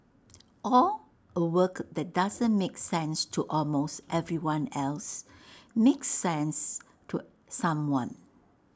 or A work that doesn't make sense to almost everyone else makes sense to someone